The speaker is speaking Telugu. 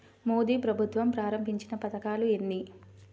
మోదీ ప్రభుత్వం ప్రారంభించిన పథకాలు ఎన్ని?